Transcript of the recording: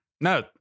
no